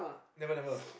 never never